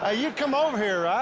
ah yeah come over here, right